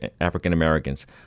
African-Americans